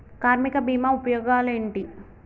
కార్మిక బీమా ఉపయోగాలేంటి?